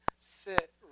sit